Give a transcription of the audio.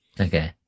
okay